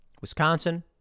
Wisconsin